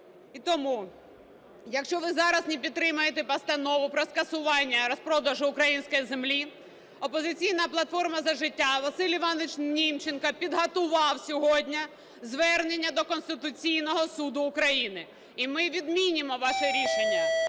І тому, якщо ви зараз не підтримаєте Постанову про скасування розпродажу української землі, "Опозиційна платформа - За життя", Василь Іванович Німченко, підготував сьогодні звернення до Конституційного Суду України. І ми відмінимо ваше рішення.